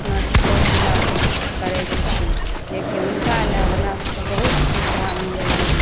अपना सुपौल जिलाकऽ करय छथिन जेकि हुनका लऽ हमरासभके बहुत सुविधा मिलयए